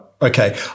Okay